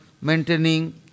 maintaining